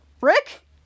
Rick